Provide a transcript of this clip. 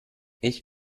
ich